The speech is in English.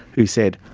who said,